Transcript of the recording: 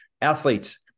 Athletes